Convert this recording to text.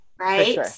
Right